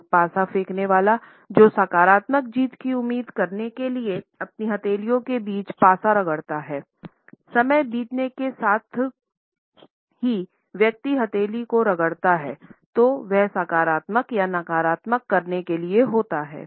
एक पासा फेंकने वाला जो सकारात्मक जीत की उम्मीद करने के लिए अपनी हथेलियों के बीच पासा रगड़ता है समय बीतने के साथ के साथ व्यक्ति हथेली को रगड़ता हैतो वह सकारात्मकता या नकारात्मकता करने के लिए होता है